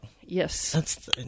Yes